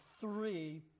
three